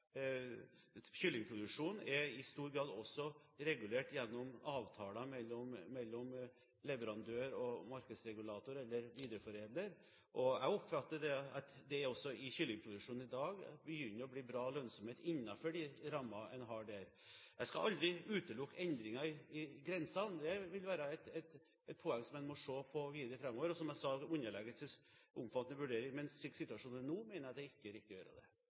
er også i stor grad regulert gjennom avtaler mellom leverandør og markedsregulator, eller videreforedler. Jeg oppfatter at det også i kyllingproduksjonen i dag begynner å bli bra lønnsomhet innenfor de rammer en har der. Jeg skal aldri utelukke endringer i grensene, det vil være et poeng som en må se på videre framover, og – som jeg sa – som må underlegges omfattende vurdering. Men slik situasjonen er nå, mener jeg det ikke er riktig å gjøre det.